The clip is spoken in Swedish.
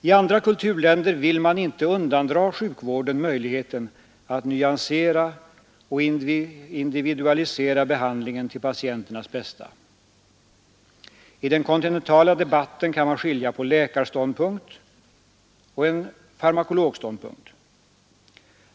I andra kulturländer vill man inte undandra sjukvården möjligheten att nyansera och individualisera behandlingen till patienternas bästa. I den kontinentala debatten kan vi skilja på en läkarståndpunkt och en farmakologståndpunkt.